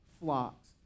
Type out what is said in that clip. flocks